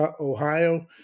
Ohio